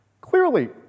Clearly